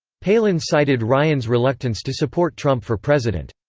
palin cited ryan's reluctance to support trump for president.